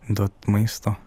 duot maisto